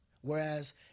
Whereas